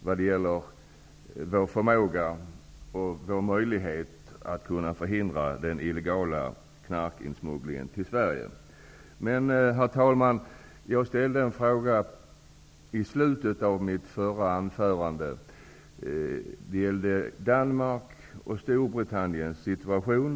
Det gäller då vår förmåga och våra möjligheter att förhindra illegal knarkinsmuggling till Sverige. Herr talman! Jag ställde en fråga i slutet av mitt anförande nyss om Danmarks och Storbritanniens situation.